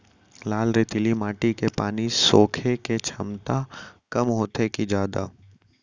लाल रेतीली माटी के पानी सोखे के क्षमता कम होथे की जादा?